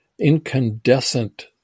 incandescent